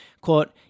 quote